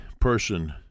person